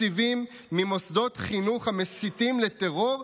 תקציבים ממוסדות חינוך המסיתים לטרור,